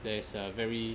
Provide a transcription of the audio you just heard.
there is a very